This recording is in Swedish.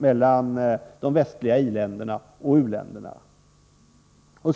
u-länderna och de västliga i-länderna komma närmare varandra.